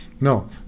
no